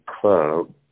club